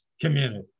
community